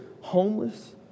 homeless